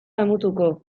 damutuko